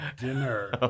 dinner